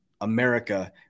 America